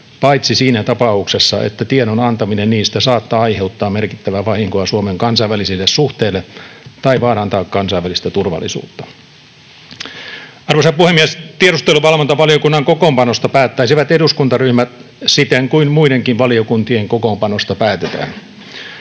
paitsi siinä tapauksessa, että tiedon antaminen niistä saattaa aiheuttaa merkittävää vahinkoa Suomen kansainvälisille suhteille tai vaarantaa kansainvälistä turvallisuutta. Arvoisa puhemies! Tiedusteluvalvontavaliokunnan kokoonpanosta päättäisivät eduskuntaryhmät siten kuin muidenkin valiokuntien kokoonpanosta päätetään.